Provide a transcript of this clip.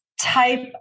type